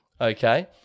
okay